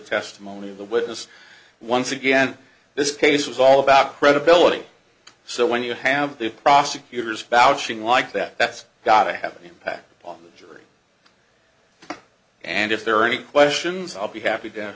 testimony of the witness once again this case was all about credibility so when you have the prosecutor's vouching like that that's got to have an impact on the jury and if there are any questions i'll be happy to